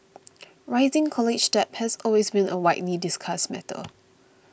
rising college debt has been a widely discussed matter